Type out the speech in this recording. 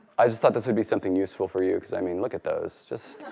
i just thought this would be something useful for you, because i mean look at those. just